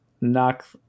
knock